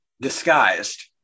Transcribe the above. Disguised